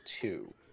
two